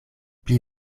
pli